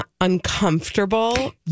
uncomfortable